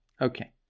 Okay